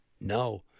No